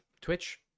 Twitch